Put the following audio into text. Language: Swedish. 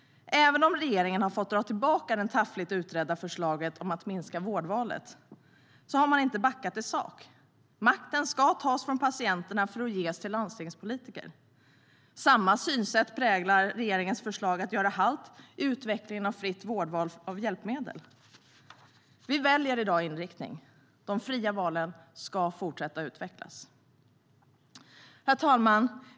Även om regeringen har fått dra tillbaka det taffligt utredda förslaget om att minska vårdvalet har man inte backat i sak - makten ska tas från patienterna för att ges till landstingspolitiker. Samma synsätt präglar regeringens förslag att göra halt i utvecklingen av fritt val av hjälpmedel. Vi väljer i dag inriktning - de fria valen ska fortsätta utvecklas. Herr talman!